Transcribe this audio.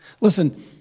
Listen